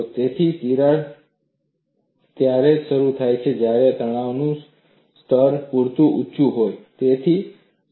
તેથી તિરાડ ત્યારે જ શરૂ થશે જ્યારે તણાવનું સ્તર પૂરતું ઊંચું હોય